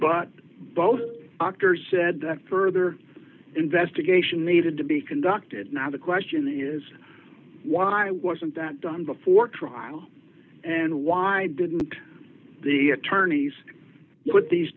but both doctors said that further investigation needed to be conducted now the question is why wasn't that done before trial and why didn't the attorneys put these